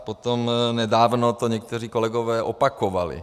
Potom nedávno to někteří kolegové opakovali.